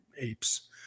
apes